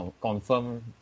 Confirm